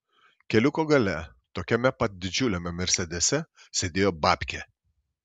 keliuko gale tokiame pat didžiuliame mersedese sėdėjo babkė